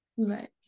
Right